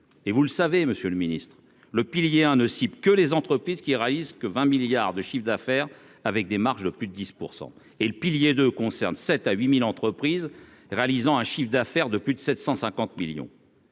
et vous le savez, Monsieur le Ministre, le pilier 1 ne ciblent que les entreprises qui réalisent que 20 milliards de chiffre d'affaires avec des marges de plus de 10 % et le pilier de concerne 7 à 8000 entreprises réalisant un chiffre d'affaires de plus de 750 millions.